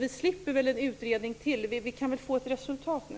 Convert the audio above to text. Vi slipper väl en utredning till? Vi kan väl få ett resultat nu?